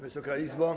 Wysoka Izbo!